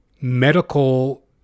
medical